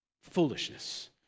foolishness